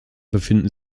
befinden